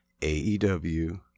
AEW